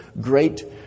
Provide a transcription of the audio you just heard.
great